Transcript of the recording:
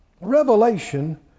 Revelation